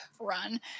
run